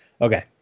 Okay